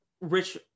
rich